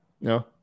No